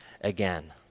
again